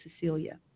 Cecilia